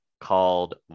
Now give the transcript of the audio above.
called